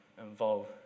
involve